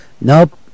Nope